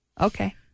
Okay